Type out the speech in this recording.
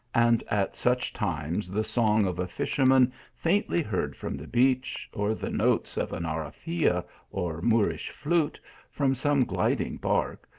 and at such times the song of a fisherman faintly heard from the beach, or the notes of an arrafia or moorish flute from some gliding bark,